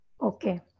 Okay